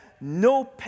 no